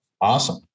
Awesome